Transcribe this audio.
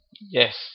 yes